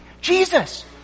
Jesus